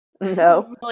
No